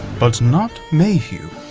but not mehew.